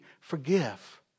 forgive